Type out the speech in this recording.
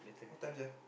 what time sia